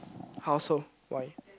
how so why